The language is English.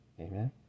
amen